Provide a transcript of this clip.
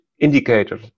indicator